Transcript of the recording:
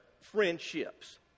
friendships